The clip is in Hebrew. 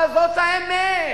אבל זאת האמת.